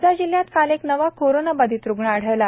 वर्धा जिल्ह्यात काल एक नवा कोरोनाबाधित रुग्ण आढळला